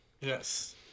Yes